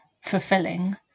fulfilling